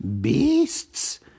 beasts